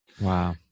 wow